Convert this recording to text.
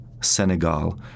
Senegal